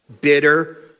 bitter